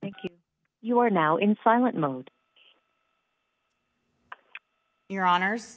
thank you you are now in silent mode your honor